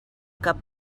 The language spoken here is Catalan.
cap